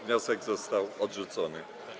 Wniosek został odrzucony.